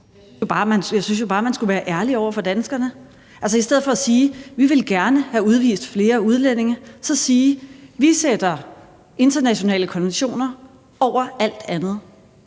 jeg synes jo bare, man skulle være ærlig over for danskerne, altså i stedet for at sige, at man gerne vil have udvist flere udlændinge, så at sige: Vi sætter internationale konventioner over alt andet.